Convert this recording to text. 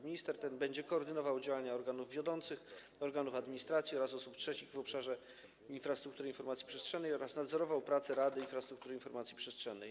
Minister ten będzie koordynował działania organów wiodących, organów administracji oraz osób trzecich w obszarze infrastruktury informacji przestrzennej oraz będzie nadzorował prace Rady Infrastruktury Informacji Przestrzennej.